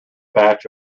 batch